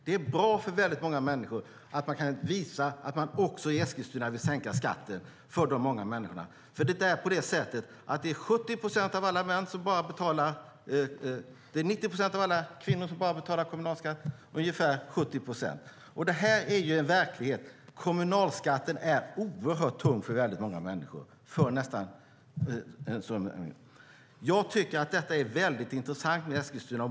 Det är bra för väldigt många människor att man kan visa att man också i Eskilstuna vill sänka skatten för de många människorna. Det är 90 procent av alla kvinnor och ungefär 70 procent av alla män som bara betalar kommunalskatt. Detta är en verklighet. Kommunalskatten är oerhört tung för många människor. Jag tycker att detta med Eskilstuna är intressant.